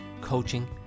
coaching